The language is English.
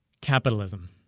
Capitalism